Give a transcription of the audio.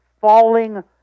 falling